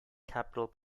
capital